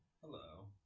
hello